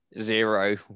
zero